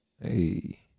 Hey